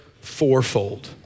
fourfold